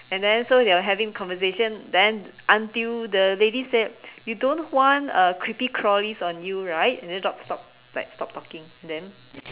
and then so they were having conversation then until the lady said you don't want uh creepy crawlies on you right and the dog stopped like stopped talking and then